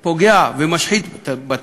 אף פוגע ומשחית בטבע.